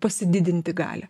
pasididinti galią